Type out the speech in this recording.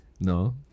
No